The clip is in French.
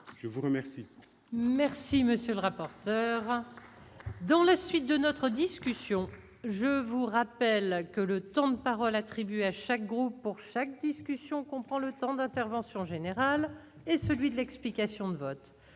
je vous remercie. Merci, monsieur le rapporteur. Dans la suite de notre discussion, je vous rappelle que le temps de parole attribués à chaque groupe pour chaque discussion qu'on prend le temps d'intervention en général et celui de l'explication de vote